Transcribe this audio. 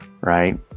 Right